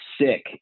sick